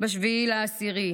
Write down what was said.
ב-7 באוקטובר,